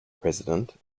president